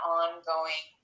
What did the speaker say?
ongoing